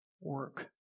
work